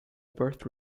birth